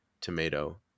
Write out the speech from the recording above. tomato